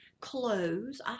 clothes